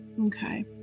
Okay